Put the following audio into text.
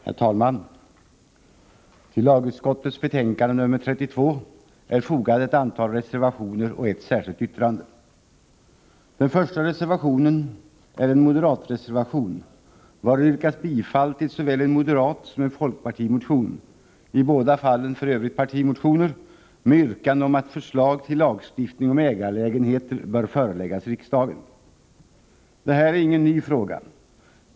Herr talman! Till lagutskottets betänkande nr 32 är fogat ett antal reservationer och ett särskilt yttrande. Den första reservationen är en moderatreservation, vari yrkas bifall till såväl en moderatsom en folkpartimotion — i båda fallen för övrigt partimotioner — med yrkande om att förslag till lagstiftning om ägarlägenheter bör föreläggas riksdagen. Det här är ingen ny fråga.